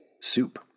soup